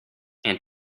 and